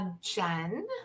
Jen